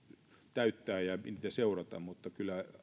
täyttää ja seurata mutta kyllä